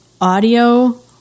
audio